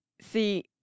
See